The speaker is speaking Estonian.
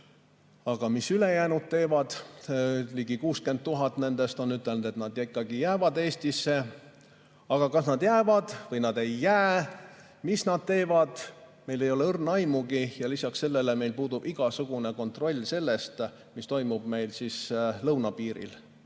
Aga mis ülejäänud teevad? Ligi 60 000 on ütelnud, et nad ikkagi jäävad Eestisse. Aga kas nad jäävad või nad ei jää või mis nad teevad? Meil ei ole õrna aimugi. Lisaks sellele puudub meil igasugune kontroll selle üle, mis toimub lõunapiiril.